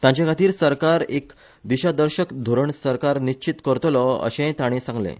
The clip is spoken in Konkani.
तांचेखातीर सरकार एक दिशादर्शक धोरण सरकार निश्चीत करतलो अशेंय ताणी सांगलें